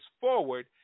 forward